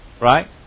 right